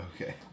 okay